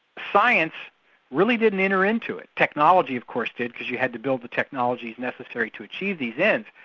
science really didn't enter into it. technology of course did, because you had to build the technology necessary to achieve these ends.